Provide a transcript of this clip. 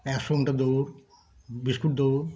একশো মিটার দৌড় বিস্কুট দৌড়